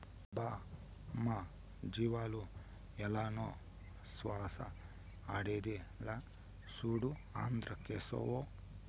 బా మన జీవాలకు ఏలనో శ్వాస ఆడేదిలా, సూడు ఆంద్రాక్సేమో